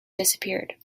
disappeared